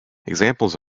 examples